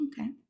Okay